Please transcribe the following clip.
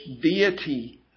deity